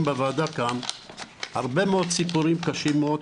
בוועדה כאן הרבה מאוד סיפורים קשים מאוד,